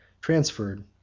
transferred